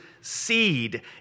seed